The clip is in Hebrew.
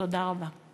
תודה רבה.